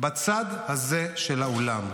בצד הזה של האולם.